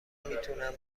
میتونم